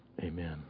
Amen